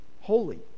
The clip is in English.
holy